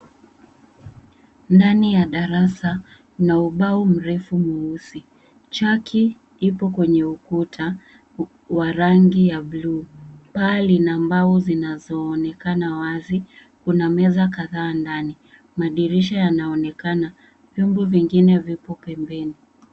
Ndani ya darasa. Kuna ubao mrefu mweusi. Chaki ipo kwenye ukuta wa rangi ya buluu. Paa ni la mbao zinazoonekana wazi. Kuna meza kadhaa ndani, madirisha yanaonekana. Vyombo vingine viko pembeni.